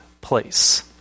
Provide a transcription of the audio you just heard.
place